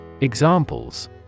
Examples